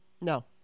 No